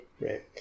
Right